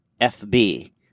FB